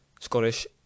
Scottish